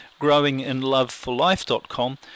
growinginloveforlife.com